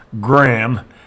Graham